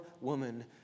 woman